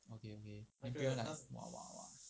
okay okay !wah! !wah! !wah!